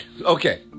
okay